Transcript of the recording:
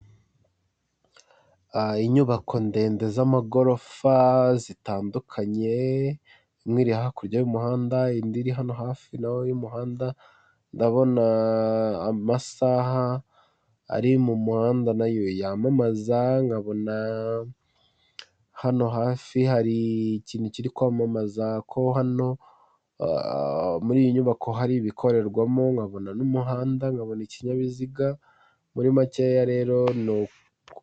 Inyubako ndende z'amagorofa zitandukanye, imwe iri hakurya y'umuhanda, indi iri hano hafi naho y'umuhanda, ndabona amasaha ari mu muhanda nayo yamamaza, nkabona hano hafi hari ikintu kiri kwamamaza ko hano muri iyi nyubako hari ibikorerwamo, nkabona n'umuhanda, nkabona ikinyabiziga muri makeya rero ni